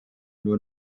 nur